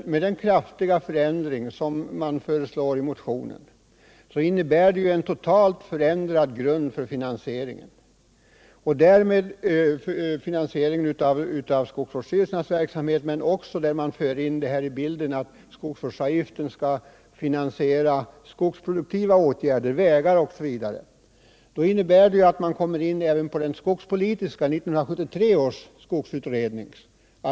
Den kraftiga förändring som föreslås i motionen innebär dels en totalt förändrad grund för finansieringen av skogsvårdsstyrelsernas verksamhet, dels att man för in i bilden att skogsvårdsavgifterna skall finansiera skogsproduktiva åtgärder, vägar osv. Då kommer man in på det arbete som bedrivs av 1973 års skogsutredning.